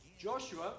Joshua